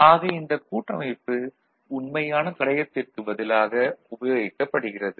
ஆக இந்த கூட்டமைப்பு உண்மையான தடையத்திற்குப் பதிலாக உபயோகிக்கப்படுகிறது